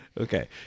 Okay